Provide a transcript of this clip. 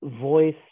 voice